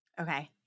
Okay